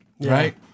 right